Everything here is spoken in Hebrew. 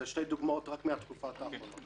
זה שתי דוגמאות רק מהתקופה האחרונה.